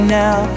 now